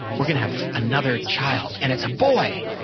we're gonna have another child. and it's a boy!